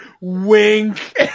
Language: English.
wink